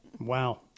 Wow